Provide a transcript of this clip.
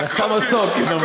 רצה מסוק, קיבל מסוק.